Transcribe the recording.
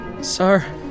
Sir